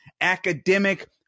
academic